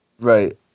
Right